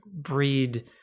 breed